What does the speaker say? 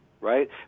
right